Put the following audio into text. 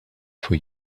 for